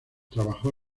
trabajó